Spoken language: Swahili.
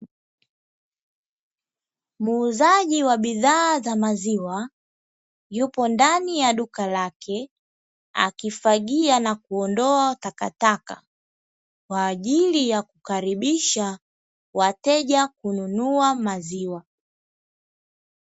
Muuzaji wa bidhaa za maziwa, yupo ndani ya duka lake, akifagia na kuondoa takataka kwa ajili ya kukaribisha wateja kununua maziwa.